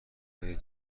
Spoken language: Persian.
های